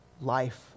life